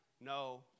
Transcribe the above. no